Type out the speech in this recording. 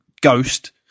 ghost